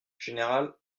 général